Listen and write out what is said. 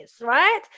right